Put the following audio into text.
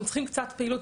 הם צריכים קצת פעילות,